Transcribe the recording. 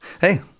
Hey